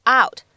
out